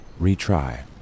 Retry